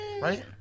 Right